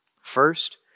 First